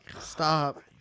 Stop